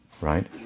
right